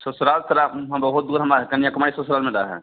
ससुराल सर बहुत दूर हमारा कन्याकुमारी ससुराल में दा है